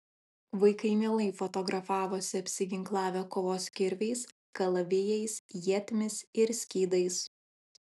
vaikai mielai fotografavosi apsiginklavę kovos kirviais kalavijais ietimis ir skydais